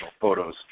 photos